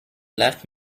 left